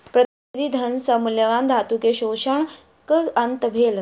प्रतिनिधि धन सॅ मूल्यवान धातु के शोषणक अंत भेल